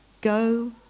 go